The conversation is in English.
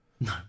No